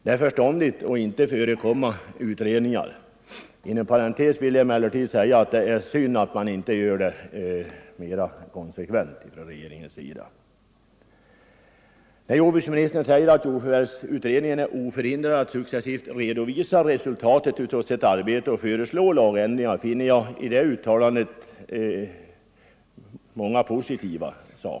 Det är förståndigt att inte föregripa utredningar. Inom parentes vill jag dock säga att det är synd att regeringen inte mer konsekvent intar den ståndpunkten. Jordbruksministerns uttalande i'svaret att jordförvärvsutredningen är oförhindrad att successivt redovisa resultat av sitt arbete och föreslå lagändringar finner jag positivt.